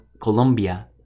Colombia